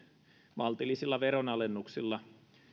maltillisilla veronalennuksilla